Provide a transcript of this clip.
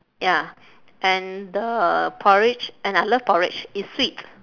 ya and the porridge and I love porridge it's sweet